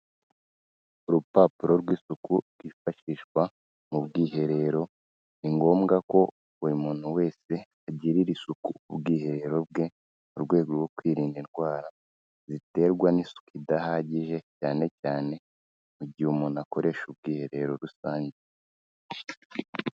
Urupapuro rw'isuku rwifashishwa mu bwiherero, ni ngombwa ko buri muntu wese agirira isuku ubwiherero bwe mu rwego rwo kwirinda indwara ziterwa n'isuku idahagije cyane cyane mu gihe umuntu akoresha ubwiherero rusange.